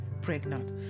pregnant